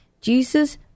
Jesus